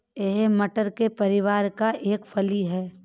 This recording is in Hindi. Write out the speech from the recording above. यह मटर के परिवार का एक फली है